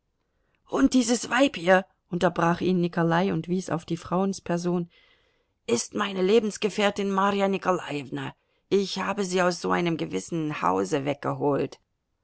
und dieses weib hier unterbrach ihn nikolai und wies auf die frauensperson ist meine lebensgefährtin marja nikolajewna ich habe sie aus so einem gewissen hause weggeholt